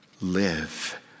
live